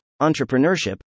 entrepreneurship